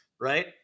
right